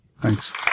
Thanks